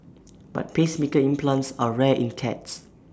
but pacemaker implants are rare in cats